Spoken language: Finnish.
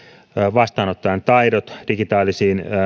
vastaanottajan taidot digitaalisiin